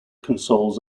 consoles